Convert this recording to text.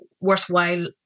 worthwhile